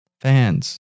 Fans